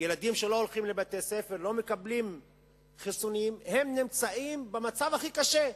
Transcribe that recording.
שילדים שלא הולכים לבתי-ספר ולא מקבלים חיסונים נמצאים במצב הכי קשה.